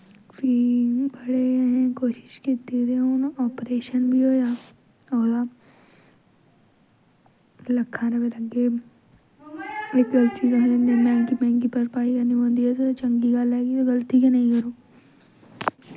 फ्ही बड़े असें कोशिश कीती ते हून अपरेशन बी होएआ ओह्दा लक्खां रपेऽ लग्गे इक गलती दी असें मैंह्गी मैंह्गी भरपाई करनी पौंदी इस शा चंगी गल्ल ऐ कि गलती गै नेईं करो